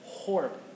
Horrible